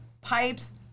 pipes